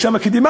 יש שם אקדמאים,